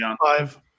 Five